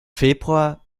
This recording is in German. februar